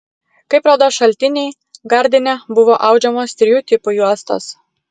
kaip rodo šaltiniai gardine buvo audžiamos trijų tipų juostos